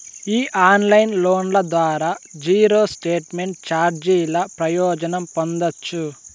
ఈ ఆన్లైన్ లోన్ల ద్వారా జీరో స్టేట్మెంట్ చార్జీల ప్రయోజనం పొందచ్చు